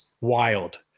wild